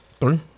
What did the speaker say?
Three